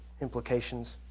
implications